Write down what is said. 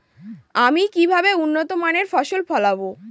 আমি কিভাবে উন্নত মানের ফসল ফলাবো?